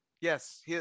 Yes